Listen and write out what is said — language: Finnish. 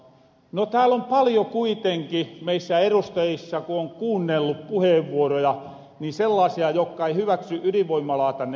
no tääl on paljo kuitenkin meissä erustajissa ku on kuunnellu puheenvuoroja sellaasia jokka ei hyväksy ydinvoimalaa tänne ollenka